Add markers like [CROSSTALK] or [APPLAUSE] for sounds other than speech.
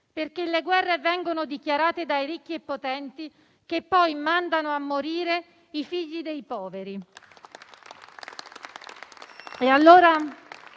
perché le guerre vengono dichiarate dai ricchi e potenti, che poi mandano a morire i figli dei poveri. [APPLAUSE]